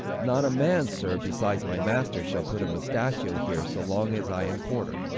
not a man, sir, besides my master, shall put a mustachio here, so long as i am porter.